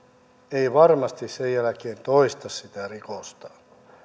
ei varmasti sen jälkeen toista sitä rikosta